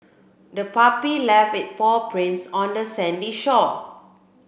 the puppy left its paw prints on the sandy shore